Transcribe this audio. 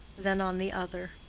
then on the other.